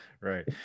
right